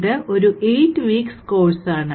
ഇത് ഒരു 8 weeks course ആണ്